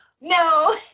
no